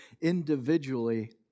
individually